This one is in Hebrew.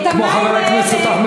חברת הכנסת מירי רגב,